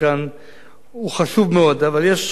הוא חשוב מאוד, אבל יש חופש ביטוי ויש ריסון.